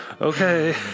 Okay